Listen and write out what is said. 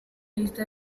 vista